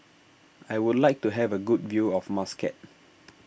I would like to have a good view of Muscat